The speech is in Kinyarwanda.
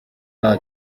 nta